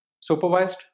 supervised